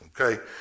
Okay